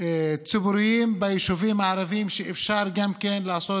ציבוריים ביישובים הערביים שאפשר לעשות